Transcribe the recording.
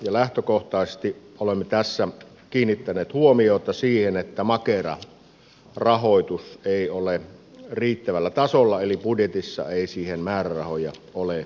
lähtökohtaisesti olemme tässä kiinnittäneet huomiota siihen että makera rahoitus ei ole riittävällä tasolla eli budjetissa ei siihen määrärahoja ole lisätty